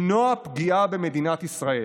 למנוע פגיעה במדינת ישראל.